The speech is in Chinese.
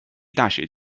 大学